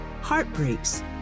heartbreaks